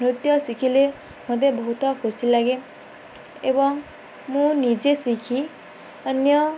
ନୃତ୍ୟ ଶିଖିଲେ ମତେ ବହୁତ ଖୁସି ଲାଗେ ଏବଂ ମୁଁ ନିଜେ ଶିଖି ଅନ୍ୟ